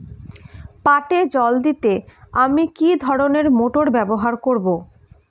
পাটে জল দিতে আমি কি ধরনের মোটর ব্যবহার করব?